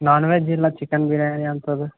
non veg ಇಲ್ಲ chicken biryani ಅಂಥದು